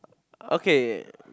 okay